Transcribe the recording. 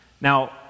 Now